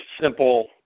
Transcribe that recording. simple